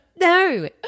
no